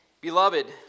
Beloved